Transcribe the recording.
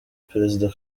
perezida